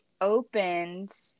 opened